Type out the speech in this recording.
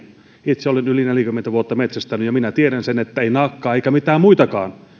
itse olen yli neljäkymmentä vuotta metsästänyt ja minä tiedän sen että ei naakkaa eikä mitään muitakaan